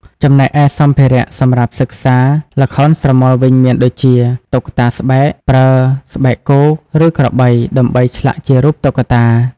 ចំំណែកឯសម្ភារៈសម្រាប់សិក្សាល្ខោនស្រមោលវិញមានដូចជា តុក្កតាស្បែក ប្រើស្បែកគោ ឬក្របី ដើម្បីឆ្លាក់ជារូបតុក្កតា។